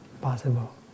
possible